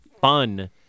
fun